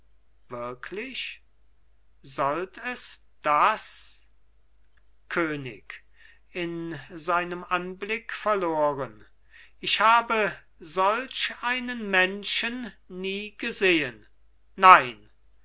wirklich sollt es das könig in seinem anblick verloren ich habe solch einen menschen nie gesehen nein